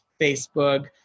Facebook